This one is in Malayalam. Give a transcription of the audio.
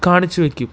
കാണിച്ചുവെയ്ക്കും